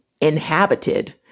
inhabited